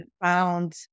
found